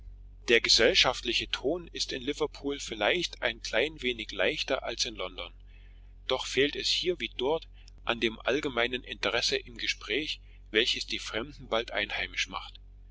der gesellschaftliche ton ist in liverpool vielleicht ein klein wenig leichter als in london doch fehlt es hier wie dort an dem allgemeinen interesse im gespräch welches die fremden bald einheimisch macht